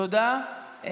תודה.